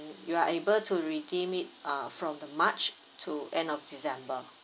you are able to redeem it uh from the march to end of december